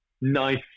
nice